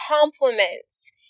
compliments